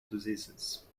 diseases